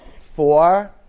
Four